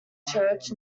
church